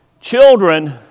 Children